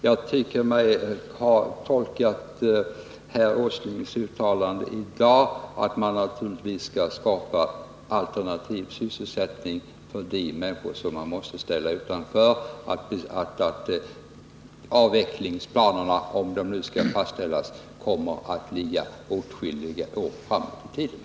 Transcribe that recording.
Jag tycker mig ha kunnat tolka herr Åslings uttalanden i dag så att man naturligtvis skall skapa alternativ sysselsättning för de människor som måste gå ifrån sina nuvarande jobb och att förverkligandet av avvecklingsplanerna — om nu sådana skall fastställas — kommer att ligga åtskilliga år framåt i tiden.